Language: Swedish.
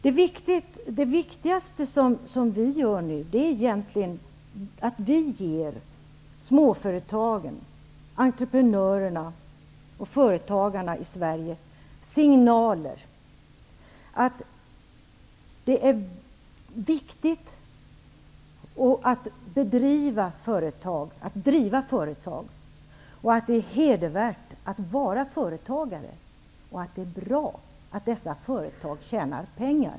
Det viktigaste vi gör nu är att vi ger småföretagen, entreprenörerna och företagarna i Sverige, signaler att det är viktigt att driva företag, att det är hedervärt att vara företagare och att det är bra att dessa företag tjänar pengar.